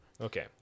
Okay